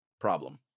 problem